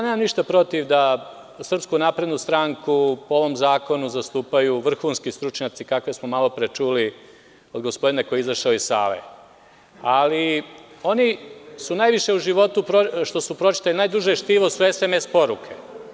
Nemam ništa protiv da Srpsku naprednu stranku po ovom zakonu zastupaju vrhunski stručnjaci, kakve smo malo pre čuli od gospodina koji je izašao iz sale, ali najduže štivo što su oni u životu pročitali su SMS poruke.